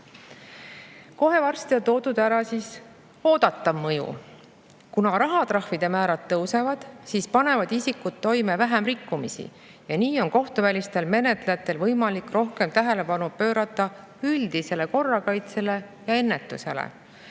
Kohe varsti on toodud ka oodatav mõju: "Kuna rahatrahvide määrad tõusevad, siis panevad isikud toime vähem rikkumisi ja nii on kohtuvälistel menetlejatel võimalik rohkem tähelepanu pöörata üldisele korrakaitsele ja ennetusele.